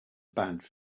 badge